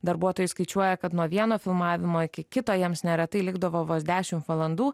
darbuotojai skaičiuoja kad nuo vieno filmavimo iki kito jiems neretai likdavo vos dešimt valandų